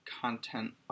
content